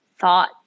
thought